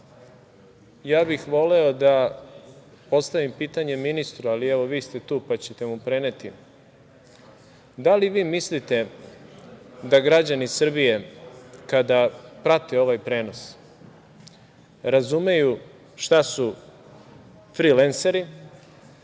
bih da postavim pitanje ministru, ali evo vi ste tu, pa ćete mu preneti. Da li vi mislite da građani Srbije kada prate ovaj prenos razumeju šta su frilenseri